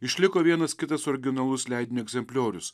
išliko vienas kitas originalus leidinio egzempliorius